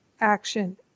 action